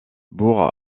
bourg